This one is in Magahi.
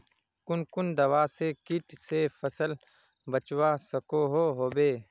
कुन कुन दवा से किट से फसल बचवा सकोहो होबे?